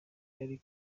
ari